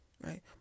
right